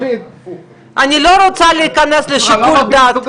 אני לא רוצה להיכנס לשיקול הדעת --- סליחה,